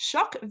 Shock